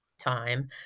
time